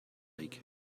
lake